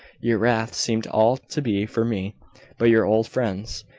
your wrath seemed all to be for me but your old friends,